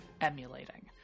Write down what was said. emulating